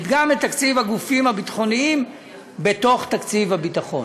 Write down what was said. וגם את תקציב הגופים הביטחוניים בתוך תקציב הביטחון,